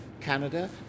Canada